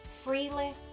freely